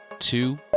Two